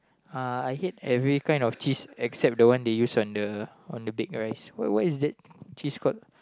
uh I hate every kind of cheese except the one they use on the on the baked rice what what is that cheese called